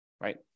right